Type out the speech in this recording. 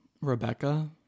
Rebecca